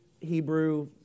Hebrew